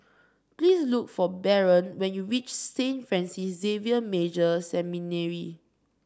please look for Baron when you reach Saint Francis Xavier Major Seminary